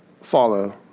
follow